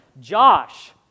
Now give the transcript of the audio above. Josh